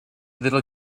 little